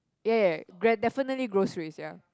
ya ya gra~ definitely groceries ya